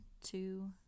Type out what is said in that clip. two